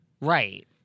Right